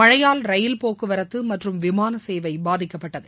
மழையால் ரயில் போக்குவரத்து மற்றும் விமான சேவை பாதிக்கப்பட்டது